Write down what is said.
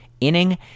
inning